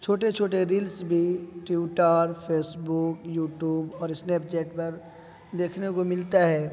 چھوٹے چھوٹے ریلس بھی Twitter Facebook YouTube اور اسنیپ چیٹ پر دیکھنے کو ملتا ہے